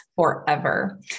forever